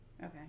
Okay